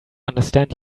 understand